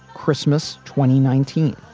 christmas. twenty nineteen.